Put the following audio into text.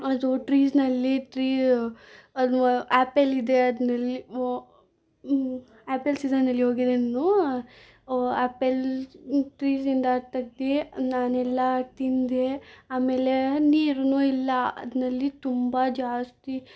ಅದು ಟ್ರೀಸ್ನಲ್ಲಿ ಟ್ರೀ ಅದು ಆ್ಯಪಲ್ ಇದೆ ಅದ್ನಲ್ಲಿ ವ್ ಆ್ಯಪಲ್ ಸೀಸನ್ನಲ್ಲಿ ಹೋಗಿದ್ದೆ ನಾನು ಆ್ಯಪಲ್ ಟ್ರೀಸಿಂದ ತೆಗ್ದು ನಾನೆಲ್ಲ ತಿಂದು ಆಮೇಲೆ ನೀರು ಇಲ್ಲ ಅದ್ನಲ್ಲಿ ತುಂಬ ಜಾಸ್ತಿ